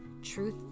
truth